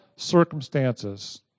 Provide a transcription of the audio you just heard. circumstances